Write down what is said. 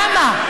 למה?